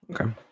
Okay